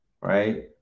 right